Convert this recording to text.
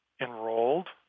enrolled